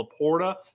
Laporta